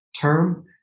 term